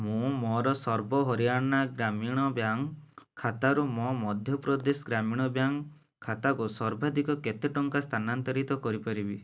ମୁଁ ମୋର ସର୍ବ ହରିୟାଣା ଗ୍ରାମୀଣ ବ୍ୟାଙ୍କ ଖାତାରୁ ମୋ ମଧ୍ୟପ୍ରଦେଶ ଗ୍ରାମୀଣ ବ୍ୟାଙ୍କ ଖାତାକୁ ସର୍ବାଧିକ କେତେ ଟଙ୍କା ସ୍ଥାନାନ୍ତରିତ କରିପାରିବି